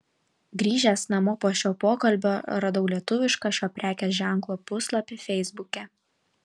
grįžęs namo po šio pokalbio radau lietuvišką šio prekės ženklo puslapį feisbuke